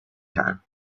time